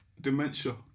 dementia